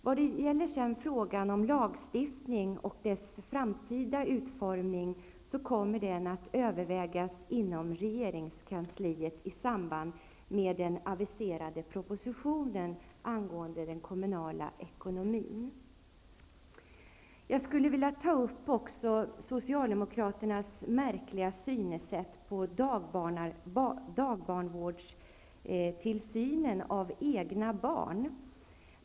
När det gäller frågan om lagstiftning och dess framtida utformning kommer denna att övervägas inom regeringskansliet i samband med den aviserade propositionen angående den kommunala ekonomin. Jag vill också beröra Socialdemokraternas märkliga syn på dagbarnvårdares tillsyn av egna barn.